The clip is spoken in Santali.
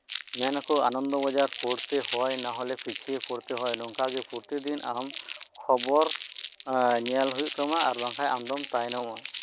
ᱢᱮᱱ ᱟᱠᱚ ᱟᱱᱚᱱᱫᱚ ᱵᱟᱡᱟᱨ ᱯᱚᱲᱛᱮ ᱦᱚᱭ ᱱᱟᱦᱞᱮ ᱯᱤᱪᱷᱤᱭᱮ ᱛᱷᱟᱠᱛᱮ ᱦᱚᱭ ᱱᱚᱝᱠᱟᱜᱮ ᱯᱨᱚᱛᱤᱫᱤᱱ ᱟᱢ ᱠᱷᱚᱵᱚᱨ ᱧᱮᱞ ᱦᱩᱭᱩᱜ ᱛᱟᱢᱟ ᱟᱨ ᱵᱟᱝᱠᱷᱟᱱ ᱟᱢ ᱫᱚᱢ ᱛᱟᱭᱱᱚᱜᱼᱟ